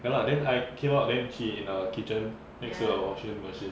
ya lah then I came out then she in the kitchen next to the washing machine